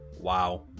Wow